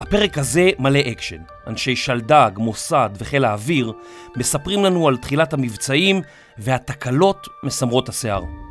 הפרק הזה מלא אקשן, אנשי שלדג, מוסד וחיל האוויר מספרים לנו על תחילת המבצעים והתקלות מסמרות השיער